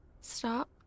stop